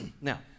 Now